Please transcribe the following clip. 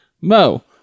Mo